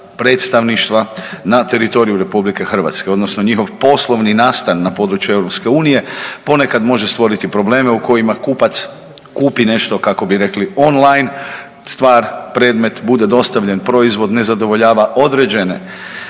predstavništva na teritoriju RH odnosno njihov poslovni nastan na području EU ponekad može stvoriti probleme u kojima kupac kupi nešto kako bi rekli on-line, stvar, predmet bude dostavljen proizvod ne zadovoljava određene